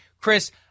Chris